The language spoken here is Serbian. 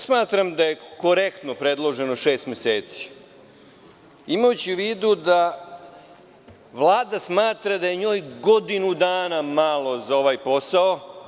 Smatram da je korektno predloženo šest meseci, imajući u vidu da Vlada smatra da je njoj godinu dana malo za ovaj posao.